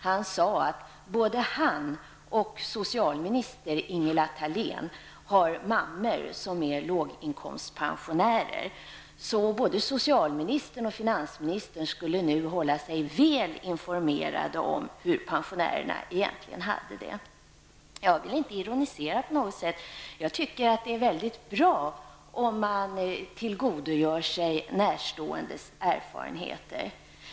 Han sade att både han och socialminister Ingela Thalén har mammor som är låginkomstpensionärer. Därför skulle socialministern och finansministern hålla sig väl informerade om hur pensionärerna egentligen har det. Jag vill inte ironisera på något sätt, för jag tycker att det är väldigt bra om man tillgodogör sig närståendes erfarenheter.